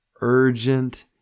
urgent